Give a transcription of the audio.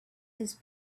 his